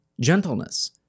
gentleness